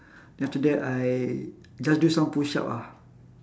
then after that I just do some push-up ah